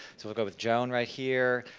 so we'll go with joan right here,